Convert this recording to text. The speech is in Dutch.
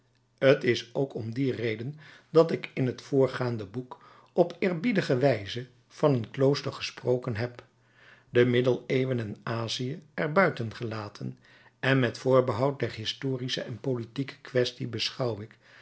t is ook om die reden dat ik in t voorgaande boek op eerbiedige wijze van een klooster gesproken heb de middeleeuwen en azië er buiten gelaten en met voorbehoud der historische en politieke kwestie beschouw ik